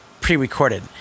pre-recorded